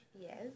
Yes